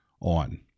on